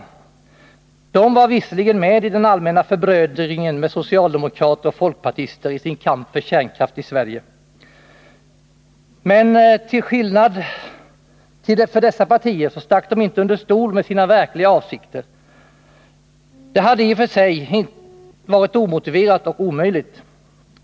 Moderaterna var visserligen med i den allmänna förbrödringen med socialdemokrater och folkpartister i sin kamp för kärnkraft i Sverige, men till skillnad från dessa partier stack de inte under stol med sina verkliga avsikter. Det hade i och för sig varit omotiverat och omöjligt.